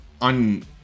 on